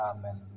Amen